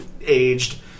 aged